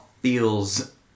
feels